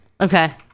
okay